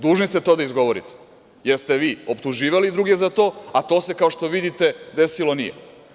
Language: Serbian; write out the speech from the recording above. Dužni ste to da izgovorite, jer ste vi optuživali druge za to, a to se, kao što vidite, desilo nije.